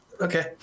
Okay